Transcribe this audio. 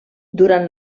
durant